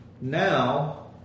now